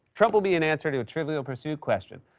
trump will be an answer to a trivial pursuit question.